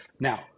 Now